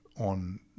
on